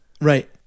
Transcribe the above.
Right